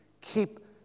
Keep